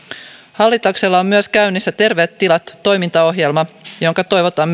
hallituksella on myös käynnissä terveet tilat toimintaohjelma jonka toivotaan